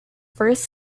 first